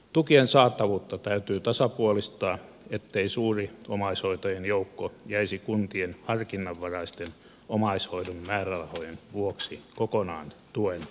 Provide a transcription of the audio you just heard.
tukien saatavuutta täytyy tasapuolistaa ettei suuri omaishoitajien joukko jäisi kuntien harkinnanvaraisten omaishoidon määrärahojen vuoksi kokonaan tuen ulkopuolelle